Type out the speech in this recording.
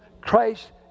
Christ